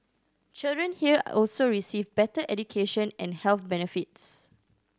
children here also receive better education and health benefits